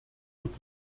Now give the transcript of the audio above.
wird